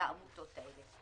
לעמותות האלה.